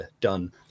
done